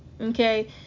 Okay